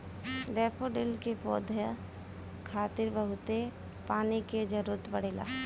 daffodil के पौधा खातिर बहुते पानी के जरुरत पड़ेला